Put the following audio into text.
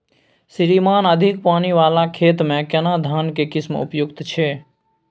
श्रीमान अधिक पानी वाला खेत में केना धान के किस्म उपयुक्त छैय?